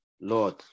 lord